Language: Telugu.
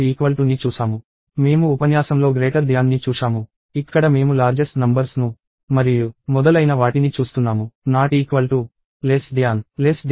మేము ఉపన్యాసంలో ని చూశాము ఇక్కడ మేము లార్జెస్ట్ నంబర్స్ ను మరియు మొదలైన వాటిని చూస్తున్నాము